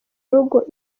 urugo